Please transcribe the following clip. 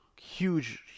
huge